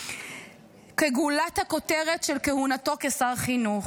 כגולת הכותרת של כהונתו כשר החינוך.